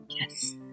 yes